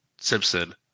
Simpson